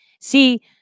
See